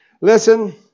listen